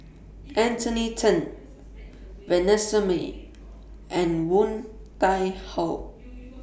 Anthony Then Vanessa Mae and Woon Tai Ho